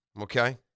Okay